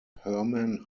herman